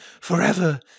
forever